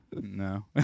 No